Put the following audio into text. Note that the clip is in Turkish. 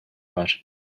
var